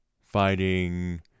Fighting